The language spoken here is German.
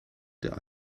der